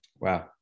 Wow